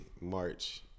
March